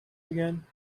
again